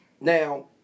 Now